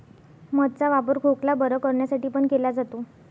मध चा वापर खोकला बरं करण्यासाठी पण केला जातो